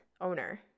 owner